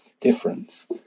difference